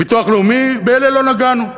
ביטוח לאומי, באלה לא נגענו.